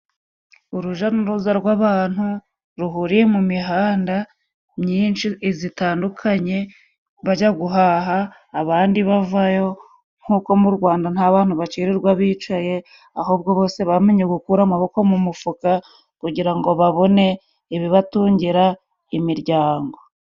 Uruja n'uruza rw'abantu ruhuriye mu mihanda myinshi zitandukanye, bajya guhaha, abandi bavayo, nk'uko mu Rwanda nta bantu bacirirwa bicaye ahubwo bose bamenye gukura amaboko mu mufuka, kugira ngo babone ibibatungira imiryango.